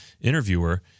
interviewer